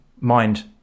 mind